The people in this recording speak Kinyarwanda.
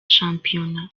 shampiyona